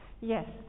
Yes